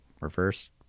reverse